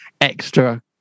extra